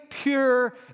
pure